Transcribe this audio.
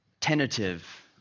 tentative